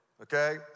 okay